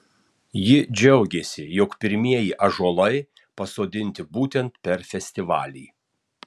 ji džiaugėsi jog pirmieji ąžuolai pasodinti būtent per festivalį